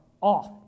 off